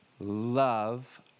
love